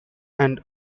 and